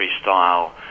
style